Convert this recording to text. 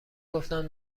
گفتم